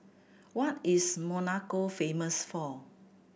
what is Monaco famous for